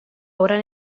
ora